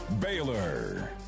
Baylor